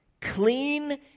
clean